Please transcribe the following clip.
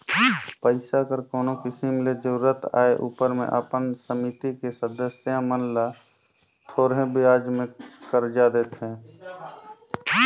पइसा कर कोनो किसिम ले जरूरत आए उपर में अपन समिति के सदस्य मन ल थोरहें बियाज में करजा देथे